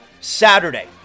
Saturday